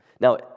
Now